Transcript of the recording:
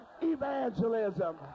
evangelism